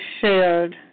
shared